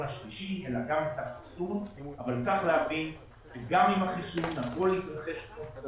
השלישי אבל צריך להבין שגם אם החיסון שאמור להתרחש כאן,